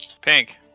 Pink